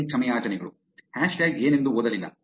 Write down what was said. million ಕ್ಷಮೆಯಾಚನೆಗಳು hashtag ಏನೆಂದು ಓದಲಿಲ್ಲ